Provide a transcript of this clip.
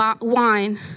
wine